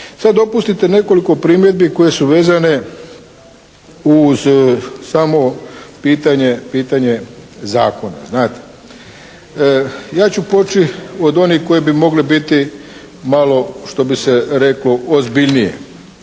Sad dopustite nekoliko primjedbi koje su vezane uz samo pitanje zakona. Ja ću poći od onih koje bi mogle biti malo što bi se reklo ozbiljnije.